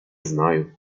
знаю